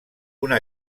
una